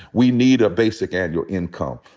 we need a basic annual income.